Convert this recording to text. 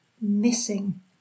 missing